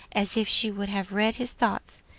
as if she would have read his thoughts.